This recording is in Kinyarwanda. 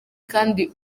kandi